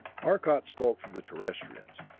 arcot spoke for the terrestrians.